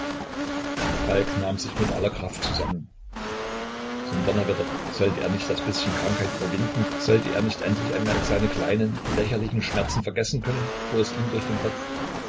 nahm sich mit aller kraft zusammen zum donnerwetter sollte er nicht das bißchen krankheit überwinden sollte er nicht endlich einmal seine kleinen lächerlichen schmerzen vergessen können fuhr es ihm durch den kopf